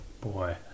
Boy